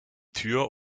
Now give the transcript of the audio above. tür